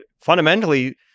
fundamentally